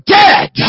dead